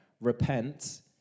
Repent